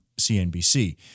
CNBC